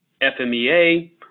FMEA